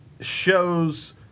shows